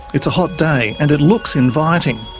it's a hot day, and it looks inviting,